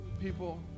people